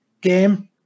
game